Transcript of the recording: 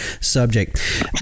subject